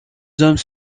hommes